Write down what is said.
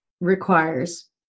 requires